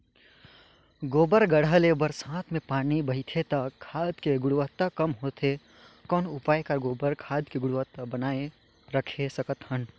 गोबर गढ्ढा ले बरसात मे पानी बहथे त खाद के गुणवत्ता कम होथे कौन उपाय कर गोबर खाद के गुणवत्ता बनाय राखे सकत हन?